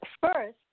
first